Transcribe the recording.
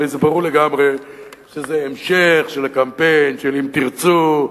הרי ברור לגמרי שזה המשך של הקמפיין של "אם תרצו",